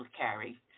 carry